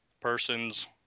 person's